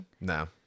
No